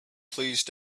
please